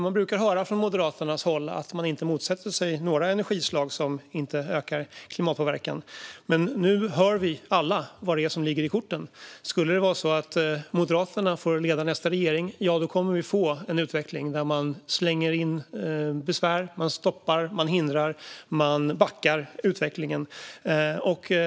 Man brukar höra från Moderaternas håll att man inte motsätter sig några energislag som inte ökar klimatpåverkan, men nu hör vi alla vad det är som ligger i korten. Skulle Moderaterna få leda nästa regering kommer vi att få en utveckling där man slänger in besvär, stoppar, hindrar och backar utvecklingen.